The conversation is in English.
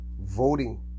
voting